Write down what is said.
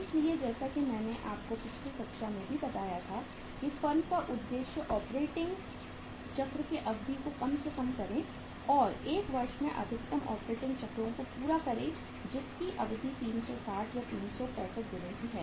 इसलिए जैसा कि मैंने आपको पिछली कक्षा में भी बताया था कि फर्म का उद्देश्य ऑपरेटिंग चक्र की अवधि को कम से कम करना और एक वर्ष में अधिकतम ऑपरेटिंग चक्रों को पूरा करें जिसकी अवधि 360 या 365 दिनों की है